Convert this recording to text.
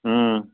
ہوں